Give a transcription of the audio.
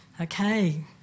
Okay